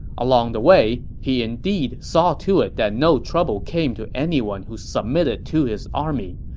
along the way, he indeed saw to it that no trouble came to anyone who submitted to his army.